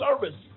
service